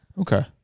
Okay